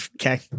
Okay